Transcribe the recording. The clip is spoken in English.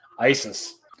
Isis